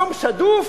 יום שדוף,